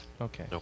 Okay